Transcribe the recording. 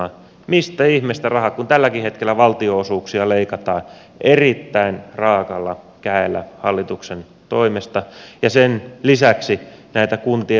mistä ihmeestä rahat kun tälläkin hetkellä valtionosuuksia leikataan erittäin raaalla kädellä hallituksen toimesta ja sen lisäksi lisätään näitä kuntien velvoitteita